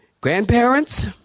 Grandparents